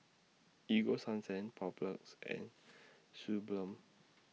Ego Sunsense Papulex and Suu Balm